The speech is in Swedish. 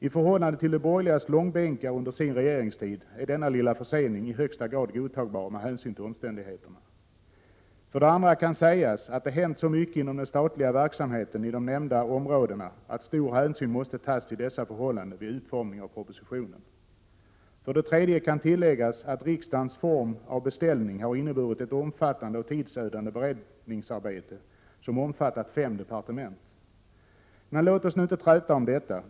I förhållande till de borgerligas långbänkar under deras regeringstid är denna lilla försening i högsta grad godtagbar med hänsyn till omständigheterna. För det andra kan sägas att det hänt så mycket inom den statliga verksamheten i de nämnda områdena att stor hänsyn måste tas till dessa förhållanden vid utformningen av propositionen. För det tredje kan tilläggas att riksdagens form av beställning har inneburit ett omfattande och tidsödande beredningsarbete som omfattat fem departement. Men låt oss inte träta om detta.